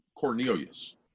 Cornelius